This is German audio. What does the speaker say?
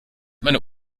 meine